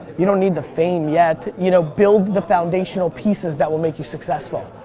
you don't need the fame, yet. you know build the foundational pieces that will make you successful.